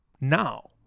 now